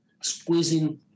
squeezing